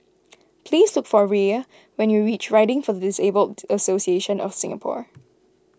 please look for Rhea when you reach Riding for the Disabled Association of Singapore